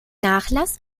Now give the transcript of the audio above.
nachlass